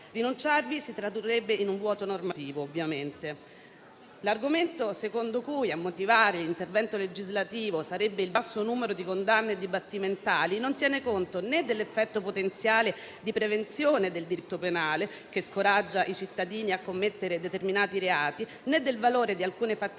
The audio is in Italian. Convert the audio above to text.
rinunciarvi si tradurrebbe in un vuoto normativo, ovviamente. L'argomento secondo cui a motivare l'intervento legislativo sarebbe il basso numero di condanne dibattimentali non tiene conto né dell'effetto potenziale di prevenzione del diritto penale, che scoraggia i cittadini a commettere determinati reati, né del valore di alcune fattispecie